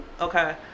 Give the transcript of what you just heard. Okay